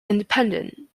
independent